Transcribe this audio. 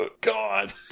God